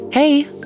Hey